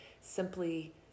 simply